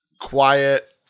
quiet